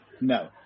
No